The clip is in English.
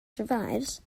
survives